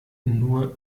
nur